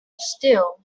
still